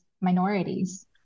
minorities